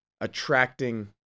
attracting